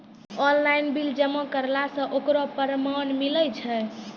Online bill जमा करला से ओकरौ परमान मिलै छै?